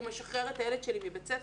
הוא משחרר את הילד שלי מבית הספר.